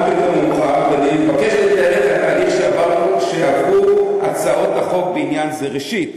אני מבקש לתאר את התהליך שעברו הצעות החוק בעניין זה: ראשית,